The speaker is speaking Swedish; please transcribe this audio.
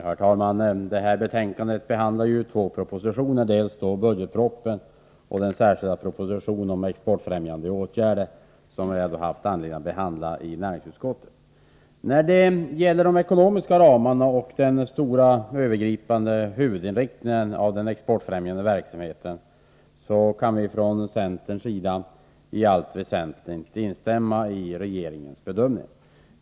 Herr talman! Det här betänkandet avser två propositioner — dels budgetpropositionen, dels den särskilda propositionen om exportfrämjande åtgär 82 der, som vi haft anledning att behandla i näringsutskottet. När det gäller de ekonomiska ramarna och den övergripande huvudinriktningen av den exportfrämjande verksamheten kan vi från centerns sida i allt väsentligt instämma i regeringens bedömning.